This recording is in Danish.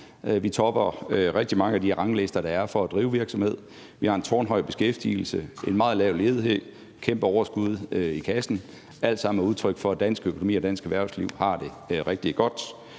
Vi topper rigtig mange af de ranglister for at drive virksomhed, der er, vi har en tårnhøj beskæftigelse, en meget lav ledighed, kæmpe overskud i kassen. Alt sammen er udtryk for, at dansk økonomi og dansk erhvervsliv har det rigtig godt.